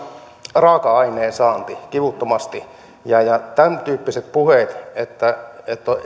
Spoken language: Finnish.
raaka aineen saannin kivuttomasti tämän tyyppiset puheet että